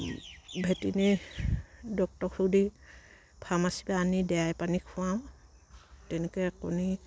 veterinary ডক্টৰক সুধি ফাৰ্মাচীৰ পৰা আনি দেয়াই পানী খোৱাওঁ তেনেকে